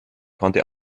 konnte